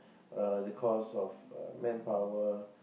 uh the cost of uh manpower